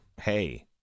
Hey